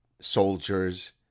soldiers